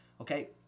Okay